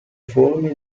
forme